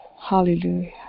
hallelujah